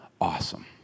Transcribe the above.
awesome